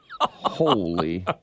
Holy